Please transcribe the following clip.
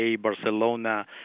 Barcelona